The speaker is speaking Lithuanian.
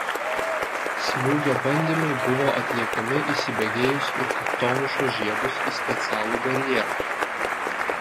smūgio bandymai buvo atliekami įsibėgėjus ir kaktomuša žiebus į specialų barjerą